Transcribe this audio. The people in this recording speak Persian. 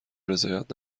رضایت